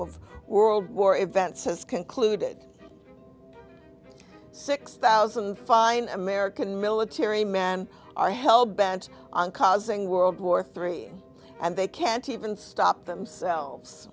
of world war events has concluded six thousand fine american military men are hell bent on causing world war three and they can't even stop themselves